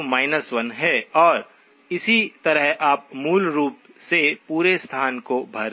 तो यह k 1 है और इसी तरह आप मूल रूप से पूरे स्थान को भर देंगे